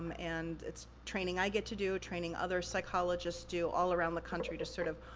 um and it's training i get to do, training other psychologists do all around the country to sort of,